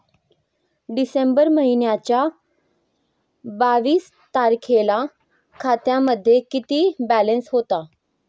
डिसेंबर महिन्याच्या बावीस तारखेला खात्यामध्ये किती बॅलन्स होता?